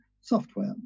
software